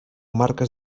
marques